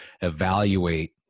evaluate